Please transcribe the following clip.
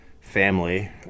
family